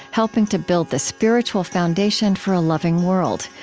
helping to build the spiritual foundation for a loving world.